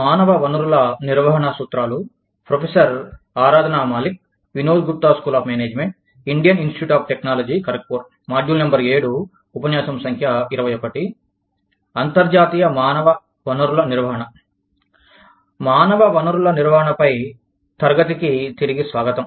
మానవ వనరుల నిర్వహణపై తరగతికి తిరిగి స్వాగతం